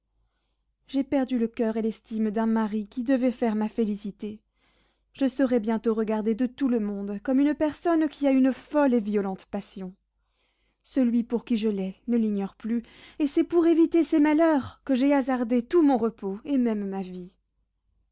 j'ai perdu le coeur et l'estime d'un mari qui devait faire ma félicité je serai bientôt regardée de tout le monde comme une personne qui a une folle et violente passion celui pour qui je l'ai ne l'ignore plus et c'est pour éviter ces malheurs que j'ai hasardé tout mon repos et même ma vie